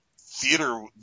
theater